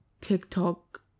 tiktok